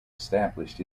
established